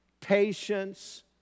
patience